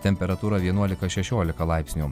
temperatūra vienuolika šešiolika laipsnių